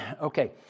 Okay